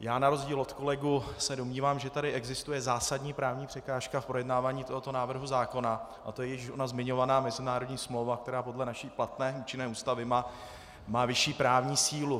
já na rozdíl od kolegů se domnívám, že tady existuje zásadní právní překážka v projednávání tohoto návrhu zákona a to je již ona zmiňovaná mezinárodní smlouva, která podle naší platné a účinné ústavy má vyšší právní sílu.